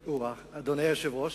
שלי.